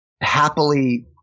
happily –